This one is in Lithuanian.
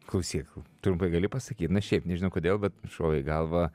klausyk trumpai gali pasakyt na šiaip nežinau kodėl bet šovė į galvą